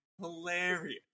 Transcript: hilarious